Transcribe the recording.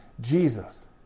Jesus